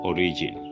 Origin